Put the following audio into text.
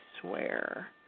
swear